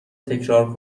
تکرار